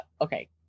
Okay